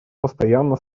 постоянно